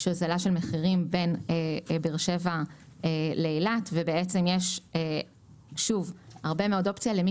יש הוזלה של מחירים בין באר שבע לאילת ויש הרבה מאוד אופציה למי